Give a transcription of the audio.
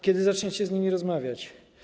Kiedy zaczniecie z nimi rozmawiać?